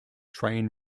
train